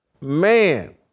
Man